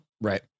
Right